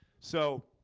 so